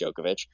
Djokovic